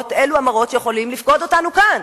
אלה המראות שיכולים לפקוד אותנו כאן.